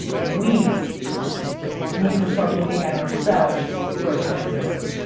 we need to start looking at ourselves for accountability.